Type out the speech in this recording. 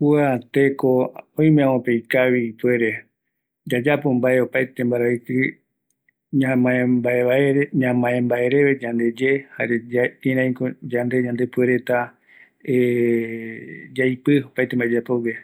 ﻿Kua teko oime amope ikavi ipuere yayapo mbae opaete mbaeraiki ñamambaereve yandeye jareye kirai ko yande ko yandepuereta yaipi opaete yayapogue